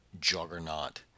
juggernaut